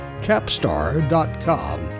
capstar.com